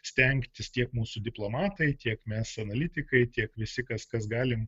stengtis tiek mūsų diplomatai tiek mes analitikai tiek visi kas kas galim